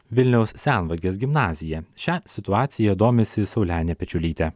vilniaus senvagės gimnaziją šia situacija domisi saulenė pečiulytė